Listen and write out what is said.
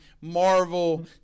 Marvel